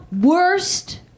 worst